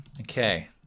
Okay